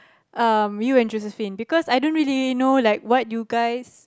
um you and Josephine because I don't really know like what you guys